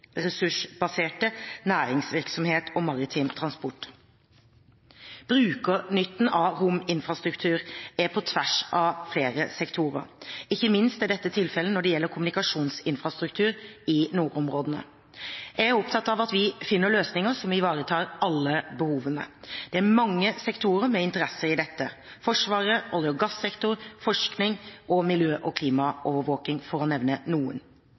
naturressursbasert næringsvirksomhet og maritim transport. Brukernytten av rominfrastruktur er på tvers av flere sektorer, og ikke minst er dette tilfellet når det gjelder kommunikasjonsinfrastruktur i nordområdene. Jeg er opptatt av at vi finner løsninger som ivaretar alle behovene. Det er mange sektorer med interesser i dette: Forsvaret, olje- og gassektoren, forskning og miljø- og klimaovervåking, for å nevne noen.